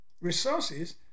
resources